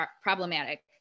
problematic